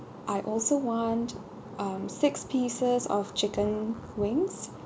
I also want um six pieces of chicken wings